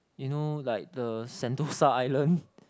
you know like the Sentosa Island